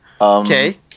Okay